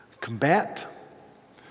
combat